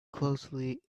closely